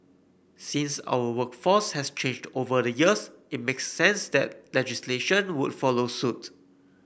since our workforce has changed over the years it makes sense that legislation would follow suit